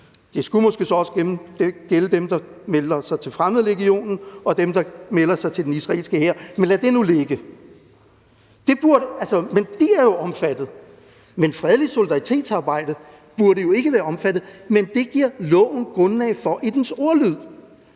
Det skulle måske så også gælde dem, der melder sig til fremmedlegionen, og dem, der melder sig til den israelske hær, men lad det nu ligge. Men de er jo omfattet. Fredeligt solidaritetsarbejde burde jo ikke være omfattet, men det giver loven grundlag for i dens ordlyd,